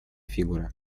фигура